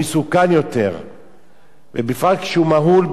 ובפרט כשהוא מהול בכל מיני משקאות כאלה ואחרים,